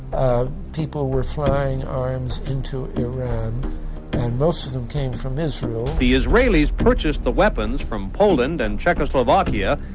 people were flying arms into iran, and most of them came from israel. the israelis purchased the weapons from poland and czechoslovakia,